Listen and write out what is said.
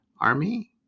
Army